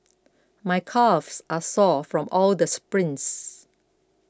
my calves are sore from all the sprints